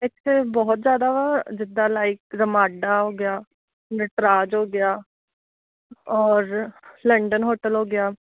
ਇੱਥੇ ਬਹੁਤ ਜ਼ਿਆਦਾ ਵਾ ਜਿੱਦਾਂ ਲਾਈਕ ਰਮਾਡਾ ਹੋ ਗਿਆ ਨਟਰਾਜ ਹੋ ਗਿਆ ਔਰ ਸਲੈਂਡਨ ਹੋਟਲ ਹੋ ਗਿਆ